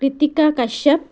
Krittika Kashyap